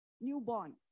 newborn